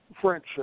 French